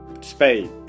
spade